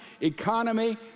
economy